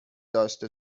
داشته